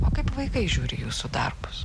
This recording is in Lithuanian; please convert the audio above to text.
o kaip vaikai žiūri jūsų darbus